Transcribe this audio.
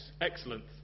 excellent